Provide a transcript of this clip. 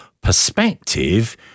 perspective